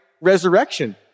resurrection